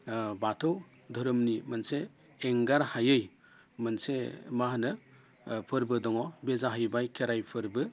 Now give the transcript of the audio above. बाथौ धोरोमनि मोनसे एंगार हायै मोनसे मा होनो फोरबो दङ बे जाहैबाय खेराइ फोरबो